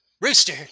rooster